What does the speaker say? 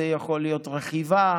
זאת יכולה להיות רכיבה,